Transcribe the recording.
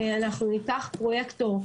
אנחנו ניקח פרויקטור,